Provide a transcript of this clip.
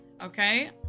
Okay